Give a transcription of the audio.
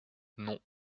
non